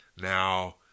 now